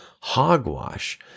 hogwash